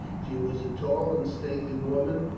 she was a tall and stately woman,